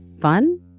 Fun